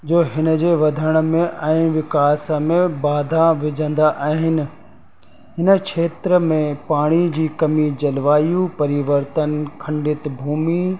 जो हिन जे वधण में ऐं विकास में बाधा विझंदा आहिनि हिन क्षेत्र में पाणीअ जी कमी जलवायु परिवर्तन खंडित भूमि